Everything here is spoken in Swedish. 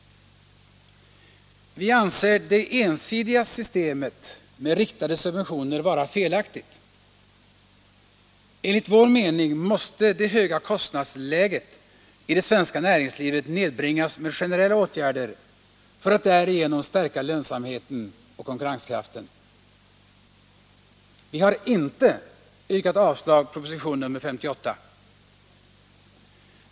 Vi anser det ensidiga systemet med riktade subventioner vara felaktigt. Enligt vår mening måste det höga kostnadsläget i det svenska näringslivet nedbringas med generella åtgärder för att därigenom stärka lönsamheten och konkurrenskraften. Vi har inte yrkat avslag på propositionen nr 58.